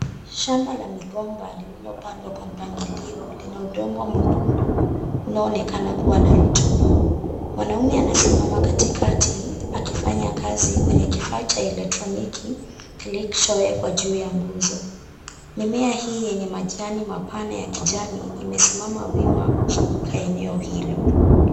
Shamba la mgomba lililopandwa kwa mpangilio lina udongo mwekundu unaoonekana kuwa na rutuba. Mwanaume anasimama katikati akifanya kazi kwenye kifaa cha elektroniki kilichowekwa juu ya nguzo. Mimea hii yenye majani mapana ya kijani imesimama wima kuzunguka eneo hilo.